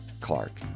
Clark